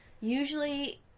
Usually